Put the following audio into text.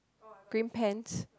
green pants